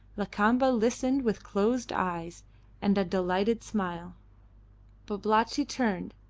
lakamba listened with closed eyes and a delighted smile babalatchi turned,